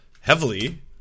heavily